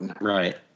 Right